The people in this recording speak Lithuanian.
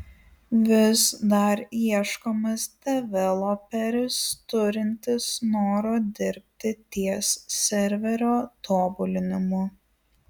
vis dar ieškomas developeris turintis noro dirbti ties serverio tobulinimu